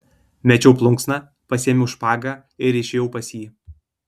mečiau plunksną pasiėmiau špagą ir išėjau pas jį